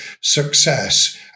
success